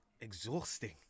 exhausting